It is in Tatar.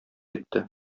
итте